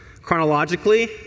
chronologically